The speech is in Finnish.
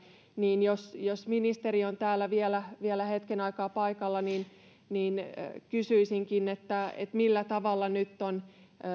niin jos jos ministeri on täällä vielä vielä hetken aikaa paikalla kysyisinkin millä tavalla nyt kun on